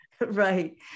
Right